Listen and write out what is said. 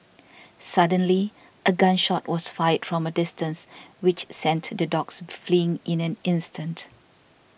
suddenly a gun shot was fired from a distance which sent the dogs fleeing in an instant